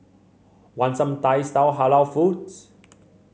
want some Thai style Halal foods